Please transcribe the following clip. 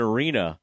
Arena